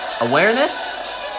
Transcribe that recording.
Awareness